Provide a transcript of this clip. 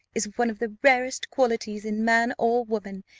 is one of the rarest qualities in man or woman,